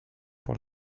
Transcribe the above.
pour